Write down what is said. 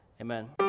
amen